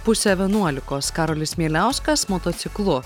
pusę vienuolikos karolis mieliauskas motociklu